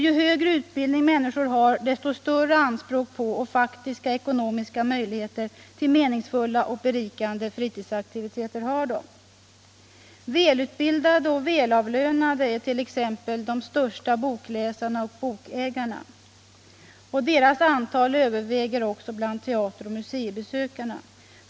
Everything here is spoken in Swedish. Ju högre utbildning människor har, desto större anspråk på och faktiska, ekonomiska, möjligheter till meningsfulla och berikande fritidsaktiviteter har de. Välutbildade och välavlönade är t.ex. de största bokläsarna och bokägarna. Deras antal överväger också bland teateroch museibesökarna.